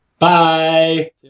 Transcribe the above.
Bye